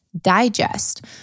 digest